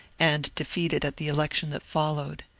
and defeated at the election that followed.